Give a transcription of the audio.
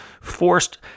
forced